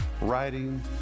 writing